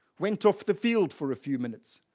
went off the field for a few minutes.